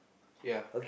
ya